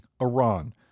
Iran